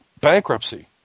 bankruptcy